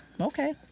okay